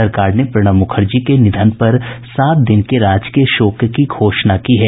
सरकार ने प्रणब मुखर्जी के निधन पर सात दिन के राजकीय शोक की घोषणा की है